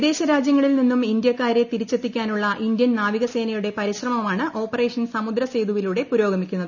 വിദേശ രാജൃങ്ങളിൽ നിന്നും ഇന്തൃക്കാരെ തിരിച്ചെത്തിക്കാനുള്ള ഇന്ത്യൻ നാവികസേനയുടെ പരിശ്രമമാണ് ഓപ്പറേഷൻ സമുദ്രസേതുവിലൂടെ പുരോഗമിക്കുന്നത്